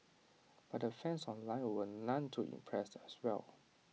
but the fans online were none too impressed as well